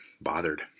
bothered